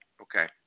okay